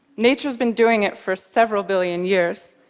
nature's been doing it for several billion years.